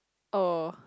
oh